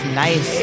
nice